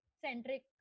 centric